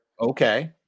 Okay